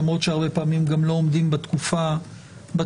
למרות שהרבה פעמים גם לא עומדים בתקופה הזו.